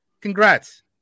Congrats